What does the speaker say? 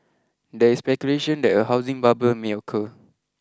there is speculation that a housing bubble may occur